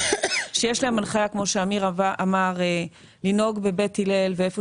כשיש להם הנחיה כמו שאמיר אמר לנהוג בבית הלל ואיפה